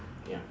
ya